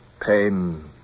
pain